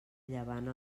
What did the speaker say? llevant